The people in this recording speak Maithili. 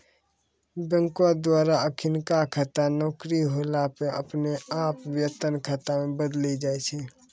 बैंको द्वारा अखिनका खाता नौकरी होला पे अपने आप वेतन खाता मे बदली जाय छै